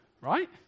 right